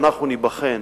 ואנחנו ניבחן,